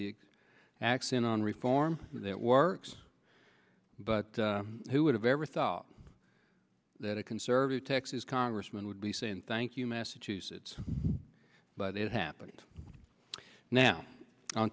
the acts in on reform that works but who would have ever thought that a conservative texas congressman would be saying thank you massachusetts but it happened now on